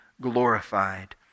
glorified